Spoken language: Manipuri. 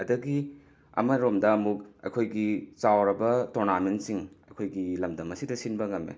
ꯑꯗꯒꯤ ꯑꯃꯔꯣꯝꯗ ꯑꯃꯨꯛ ꯑꯩꯈꯣꯏꯒꯤ ꯆꯥꯎꯔꯕ ꯇꯣꯔꯅꯥꯃꯦꯟꯁꯤꯡ ꯑꯩꯈꯣꯏꯒꯤ ꯂꯝꯗꯝ ꯑꯁꯤꯗ ꯁꯤꯟꯕ ꯉꯝꯃꯦ